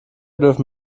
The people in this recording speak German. dürfen